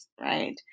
right